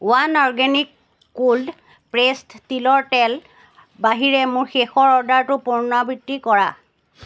one organic cold pressed তিলৰ তেল বাহিৰে মোৰ শেষৰ অৰ্ডাৰটো পুনৰাবৃত্তি কৰা